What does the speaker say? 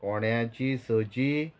फोण्याची सची